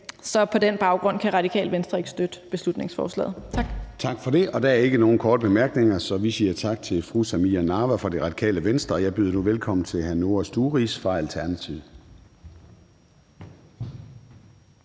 Så på den baggrund kan Radikale Venstre ikke støtte beslutningsforslaget. Tak. Kl. 13:12 Formanden (Søren Gade): Tak for det. Der er ikke nogen korte bemærkninger, så vi siger tak til fru Samira Nawa fra Radikale Venstre. Jeg byder nu velkommen til hr. Noah Sturis fra Alternativet.